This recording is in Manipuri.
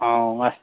ꯑꯧ